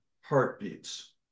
heartbeats